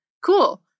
cool